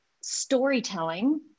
storytelling